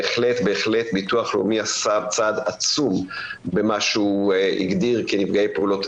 בהחלט ביטוח לאומי עשה צעד עצום במה שהוא הגדיר כנפגעי פעולות